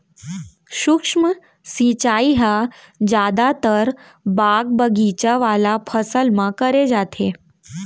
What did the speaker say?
सूक्ष्म सिंचई ह जादातर बाग बगीचा वाला फसल म करे जाथे